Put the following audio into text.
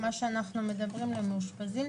מה שאנחנו מדברים על המאושפזים,